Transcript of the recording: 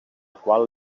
qual